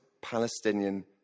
Palestinian